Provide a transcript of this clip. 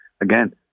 again